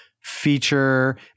feature